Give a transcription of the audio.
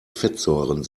fettsäuren